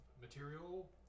material